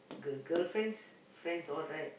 girl girlfriend's friends all right